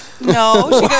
no